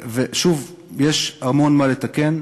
ושוב, יש המון מה לתקן,